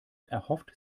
erhofft